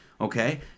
Okay